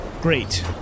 Great